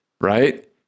right